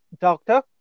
Doctor